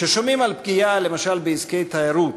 כששומעים על פגיעה, למשל, בעסקי תיירות,